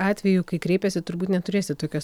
atvejų kai kreipiasi turbūt neturėsit tokios